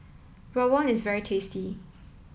Rawon is very tasty